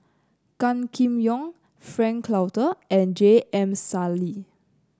Gan Kim Yong Frank Cloutier and J M Sali